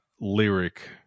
lyric